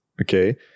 Okay